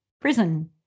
prison